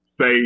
say